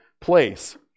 place